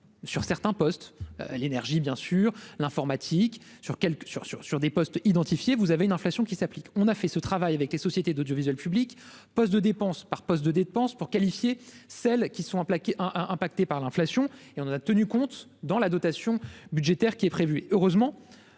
sur certains postes l'énergie bien sur l'informatique sur quelques sur sur sur des postes identifiez vous avez une inflation qui s'applique, on a fait ce travail avec les sociétés d'audiovisuel public, poste de dépense par poste de dépenses pour qualifier celles qui sont en hein impacté par l'inflation et on en a tenu compte dans la dotation. Budgétaire qui est prévu,